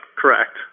correct